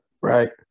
Right